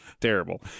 terrible